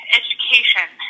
education